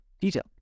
detail